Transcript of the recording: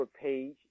page